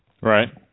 Right